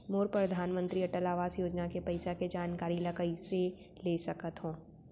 मोर परधानमंतरी अटल आवास योजना के पइसा के जानकारी ल कइसे ले सकत हो?